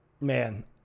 Man